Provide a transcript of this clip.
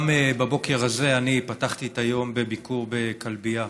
גם בבוקר הזה פתחתי את היום בביקור בכלבייה,